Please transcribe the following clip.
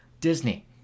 Disney